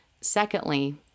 Secondly